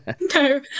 no